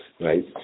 right